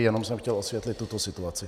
Jenom jsem chtěl osvětlit tuto situaci.